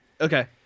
okay